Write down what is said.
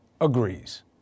agrees